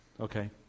Okay